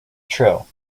trill